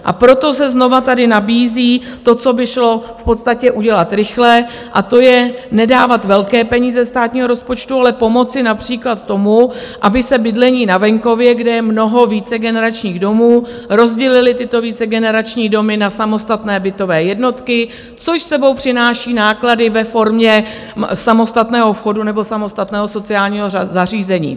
A proto se znovu tady nabízí to, co by šlo v podstatě udělat rychle, a to je nedávat velké peníze ze státního rozpočtu, ale pomoci například tomu, aby se bydlení na venkově, kde je mnoho vícegeneračních domů, rozdělily tyto vícegenerační domy na samostatné bytové jednotky, což s sebou přináší náklady ve formě samostatného vchodu nebo samostatného sociálního zařízení.